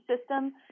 system